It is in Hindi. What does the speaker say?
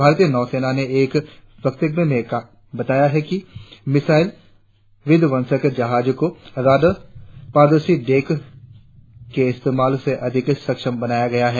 भारतीय नौसेना ने एक वक्तव्य में बताया कि इस मिसाइल विध्वंसक जहाज को रडार पारदर्शी डेक के इस्तेमाल से अधिक सक्षम बनाया गया है